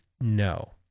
No